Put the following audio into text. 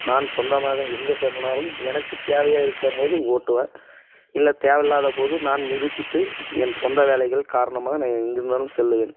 நான் சொந்தமாக எங்கே செல்லணுனாலும் எனக்கு தேவையாக இருக்கும்போது ஓட்டுவேன் இல்லை தேவை இல்லாதபோது நான் நிறுத்திவிட்டு என் சொந்த வேலைகள் காரணமாக எங்கே வேண்ணாலும் செல்வேன்